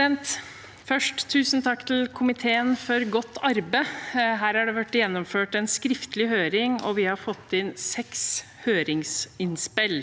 jeg si tusen takk til komiteen for godt arbeid. Her er det blitt gjennomført en skriftlig høring, og vi har fått inn seks høringsinnspill.